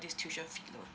this tuition fee loan